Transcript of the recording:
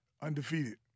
undefeated